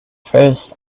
first